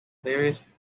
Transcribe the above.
various